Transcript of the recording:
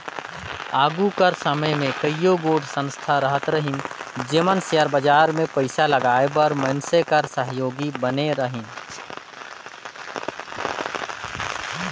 आघु कर समे में कइयो गोट संस्था रहत रहिन जेमन सेयर बजार में पइसा लगाए बर मइनसे कर सहयोगी बने रहिन